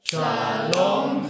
Shalom